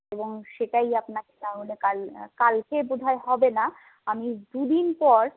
এবং সেটাই আপনাকে তাহলে কাল কালকে বোধহয় হবেনা আমি দুদিন পর